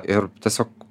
ir tiesiog